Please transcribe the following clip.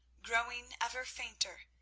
growing ever fainter,